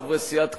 חברי סיעת קדימה,